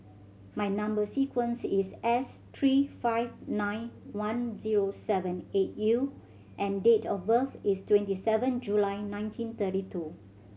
my number sequence is S three five nine one zero seven eight U and date of birth is twenty seven July nineteen thirty two